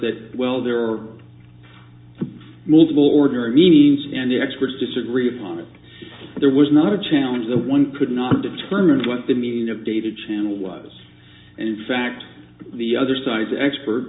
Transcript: that well there are moldable ordinary means and the experts disagree upon it there was not a challenge that one could not determine what the meaning of data channel was and in fact the other side the expert